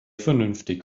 vernünftig